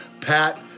Pat